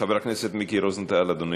חבר הכנסת מיקי רוזנטל, אדוני.